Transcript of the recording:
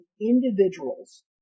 individuals